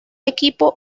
equipo